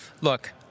look